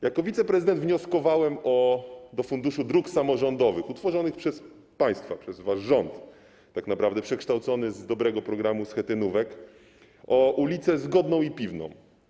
Jako wiceprezydent wnioskowałem do Funduszu Dróg Samorządowych utworzonego przez państwa, przez wasz rząd, tak naprawdę przekształcony z dobrego programu schetynówek, o budowę ul. Zgodnej i ul. Piwnej.